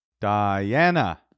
Diana